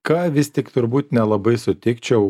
ką vis tik turbūt nelabai sutikčiau